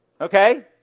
Okay